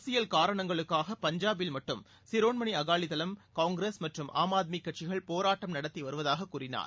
அரசியல் காரணங்களுக்காக பஞ்சாபில் மட்டும் சிரோன்மனி அகாலிதளம் காங்கிரஸ் மற்றும் ஆம் ஆத்மி கட்சிகள் போராட்டம் நடத்தி வருவதாக கூறினார்